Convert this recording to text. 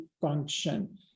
function